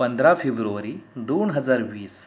पंधरा फेब्रुवरी दोन हजार वीस